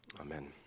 amen